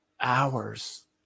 hours